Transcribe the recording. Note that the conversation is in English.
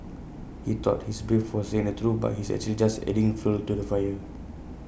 he thought he's brave for saying the truth but he's actually just adding fuel to the fire